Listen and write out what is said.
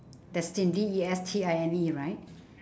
destined D E S T I N E right